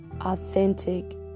authentic